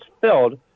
filled